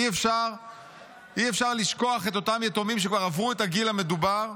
אי-אפשר לשכוח את אותם יתומים שכבר עברו את הגיל המדובר,